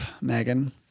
Megan